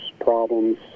problems